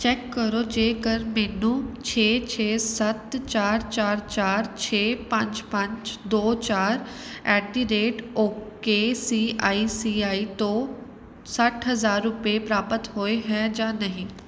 check ਕਰੋ ਜੇਕਰ ਮੈਨੂੰ ਛੇ ਛੇ ਸੱਤ ਚਾਰ ਚਾਰ ਚਾਰ ਛੇ ਪੰਜ ਪੰਜ ਦੋ ਚਾਰ at the rate ok C I C I ਤੋਂ ਸੱਠ ਹਜ਼ਾਰ ਰੁਪਏ ਪ੍ਰਾਪਤ ਹੋਏ ਹੈ ਜਾਂ ਨਹੀਂ